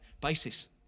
basis